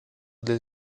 del